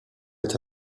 est